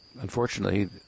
unfortunately